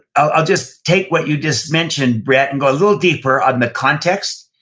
i'll just take what you just mentioned, brett, and go a little deeper on the context.